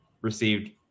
received